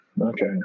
Okay